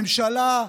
ממשלה,